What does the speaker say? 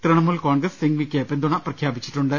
തൃണ മൂൽ കോൺഗ്രസ് സിംഗ്വിക്ക് പിന്തുണ പ്രഖ്യാപിച്ചിട്ടുണ്ട്